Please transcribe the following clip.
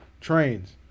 trains